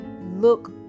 look